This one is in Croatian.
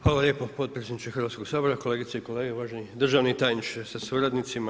Hvala lijepo potpredsjedniče Hrvatskoga sabora, kolegice i kolege, uvaženi državni tajniče sa suradnicima.